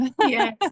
yes